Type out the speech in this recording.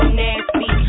nasty